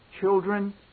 children